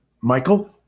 Michael